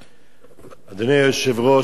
אדוני היושב-ראש, כנסת נכבדה,